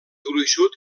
gruixut